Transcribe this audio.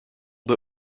but